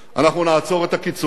אנחנו נעצור את הקיצונים.